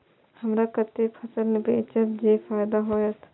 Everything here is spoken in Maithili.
हमरा कते फसल बेचब जे फायदा होयत?